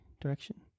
direction